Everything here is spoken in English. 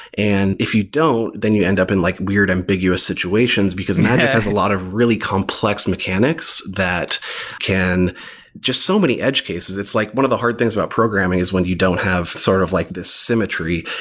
and if you don't, then you end up in like weird ambiguous situations, because magic has a lot of really complex mechanics that can just so many edge cases. it's like one of the hard things about programming is when you don't have sort of like this symmetry,